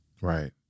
right